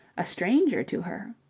a stranger to her.